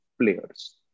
players